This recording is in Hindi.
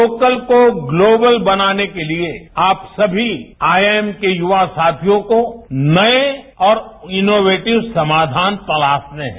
तोकल को ग्लोबल बनाने केलिए आप सभी आईआईएम के युवा साथियों को नए और इनोवेटिव समाधान तलाशने हैं